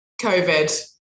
Covid